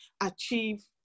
achieve